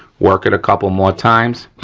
work it a couple more times.